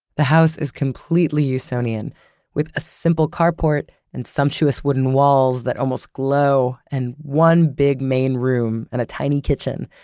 the house is completely usonian with a simple carport and sumptuous wooden walls that almost glow and one big main room and a tiny kitchen.